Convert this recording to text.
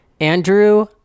Andrew